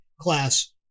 class